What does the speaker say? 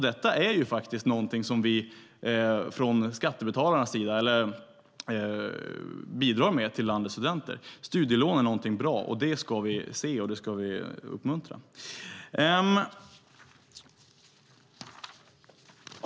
Detta är alltså något som vi skattebetalare bidrar med till landets studenter. Studielån är något bra, och det ska vi se och uppmuntra.